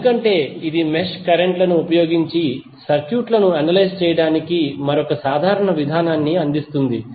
ఎందుకంటే ఇది mesh current లను ఉపయోగించి సర్క్యూట్లను అనలైజ్ చేయడానికి మరొక సాధారణ విధానాన్ని అందిస్తుంది